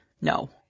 No